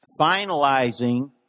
finalizing